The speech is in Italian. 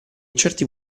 certi